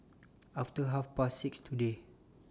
after Half Past six today